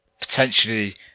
potentially